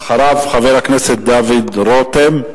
ואחריו, חבר הכנסת דוד רותם,